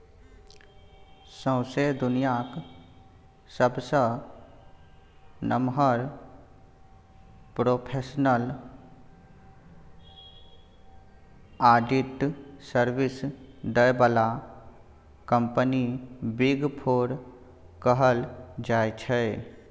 सौंसे दुनियाँक सबसँ नमहर प्रोफेसनल आडिट सर्विस दय बला कंपनी बिग फोर कहल जाइ छै